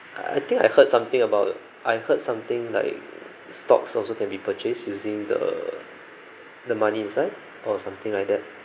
I think I heard something about I heard something like stocks also can be purchased using the the money inside or something like that